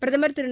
பிரதமர் திரு